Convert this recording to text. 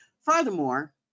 Furthermore